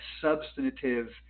substantive